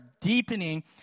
deepening